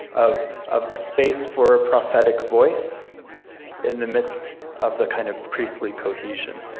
of of a space for a prophetic voice in the midst of the kind of priestly cohesion.